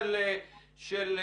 זאת אומרת,